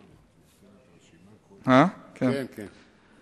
כן, כן.